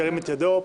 ירים את ידו.